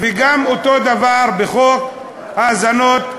ואותו דבר גם בחוק האזנות הסתר.